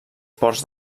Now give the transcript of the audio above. ports